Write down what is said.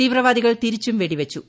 തീവ്രവാദികൾ തിരിച്ചും വെടിവച്ചു